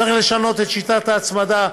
צריך לשנות את שיטת ההצמדה,